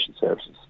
services